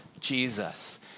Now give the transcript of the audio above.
Jesus